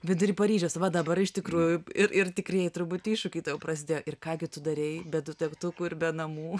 vidury paryžiaus va dabar iš tikrųjų ir ir tikrieji turbūt iššūkiai tau prasidėjo ir ką gi tu darei be tų degtukų ir be namų